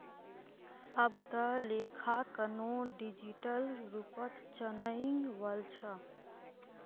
अब त लेखांकनो डिजिटल रूपत चनइ वल छ